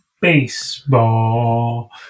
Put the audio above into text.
Baseball